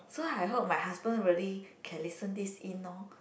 so I hope my husband really can listen this in lor